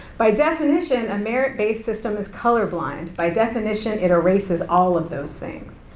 by definition a merit-based system is colorblind, by definition it erases all of those things.